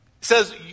says